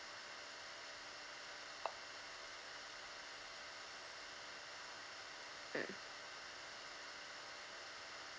mm